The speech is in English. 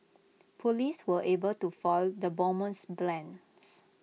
Police were able to foil the bomber's plans